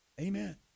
Amen